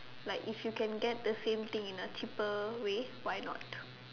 like if you can get the same thing in a cheaper way why not